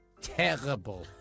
terrible